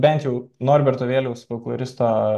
bent jau norberto vėliaus folkloristo